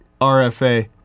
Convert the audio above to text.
RFA